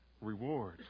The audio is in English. reward